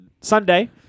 sunday